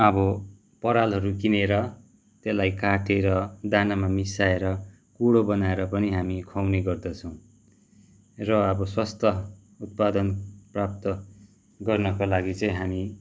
अब परालहरू किनेर त्यसलाई काटेर दानामा मिसाएर कुँडो बनाएर पनि हामी खुवाउने गर्दछौँ र अब स्वस्थ उत्पादन प्राप्त गर्नका लागि चाहिँ हामी